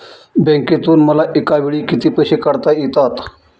बँकेतून मला एकावेळी किती पैसे काढता येतात?